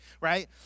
right